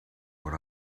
what